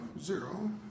zero